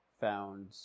found